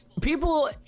People